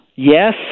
Yes